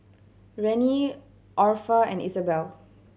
Rennie Orpha and Isabelle